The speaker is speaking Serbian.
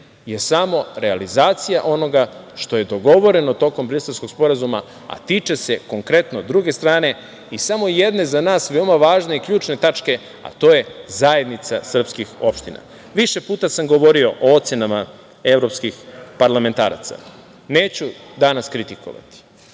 je samo realizacija onoga što je dogovoreno tokom Briselskog sporazuma, a tiče se konkretno druge strane i samo jedne, za nas, veoma važne i ključne tačke, a to je Zajednica srpskih opština. Više puta sam govorio o ocenama evropskih parlamentaraca. Neću dana kritikovati,